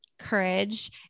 Courage